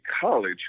college